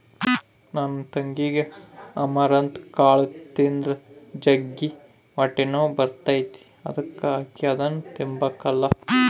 ನನ್ ತಂಗಿಗೆ ಅಮರಂತ್ ಕಾಳು ತಿಂದ್ರ ಜಗ್ಗಿ ಹೊಟ್ಟೆನೋವು ಬರ್ತತೆ ಅದುಕ ಆಕಿ ಅದುನ್ನ ತಿಂಬಕಲ್ಲ